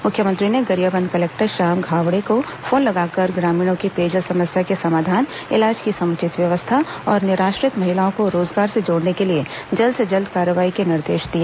मुख्यमंत्री ने गरियाबंद कलेक्टर श्याम धावड़े को फोन लगाकर ग्रामीणों की पेयजल समस्या के समाधान इलाज की समुचित व्यवस्था और निराश्रित महिलाओं को रोजगार से जोड़ने के लिए जल्द से जल्द कार्रवाई के निर्देश दिए